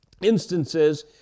instances